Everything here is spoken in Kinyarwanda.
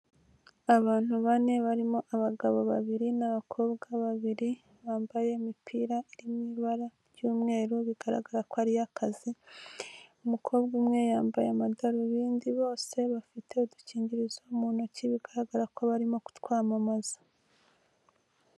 Abantu bane barimo abagabo babiri n'abakobwa babiri, bambaye imipira mu ibara ry'umweru bigaragara ko ari kazi, umukobwa umwe yambaye amadarubindi, bose bafite udukingirizo mu ntoki bigaragara ko barimo kutwamamaza.